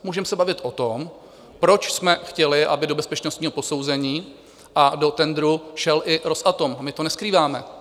Můžeme se bavit o tom, proč jsme chtěli, aby do bezpečnostního posouzení a do tendru šel i Rosatom, a my to neskrýváme.